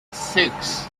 six